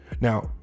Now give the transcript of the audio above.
now